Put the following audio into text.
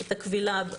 את הקבילה.